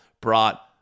brought